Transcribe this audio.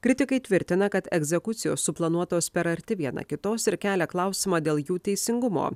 kritikai tvirtina kad egzekucijos suplanuotos per arti viena kitos ir kelia klausimą dėl jų teisingumo